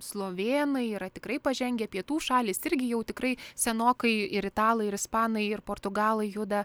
slovėnai yra tikrai pažengę pietų šalys irgi jau tikrai senokai ir italai ir ispanai ir portugalai juda